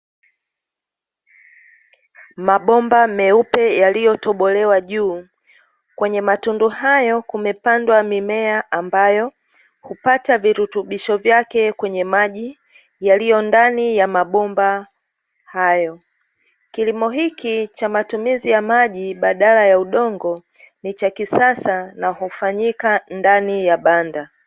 Mabomba meupe yaliyotobolewa juu kwenye matundu hayo kumepandwa mimea ambayo hupata virutubisho vyake kwenye maji yaliyo ndani ya mabomba hayo, kilimo hiki cha matumizi ya maji badala ya udongo ni cha kisasa na hufanyika ndani ya banda.